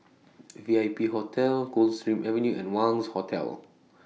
V I P Hotel Coldstream Avenue and Wangz Hotel